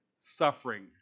suffering